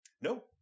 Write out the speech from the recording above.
no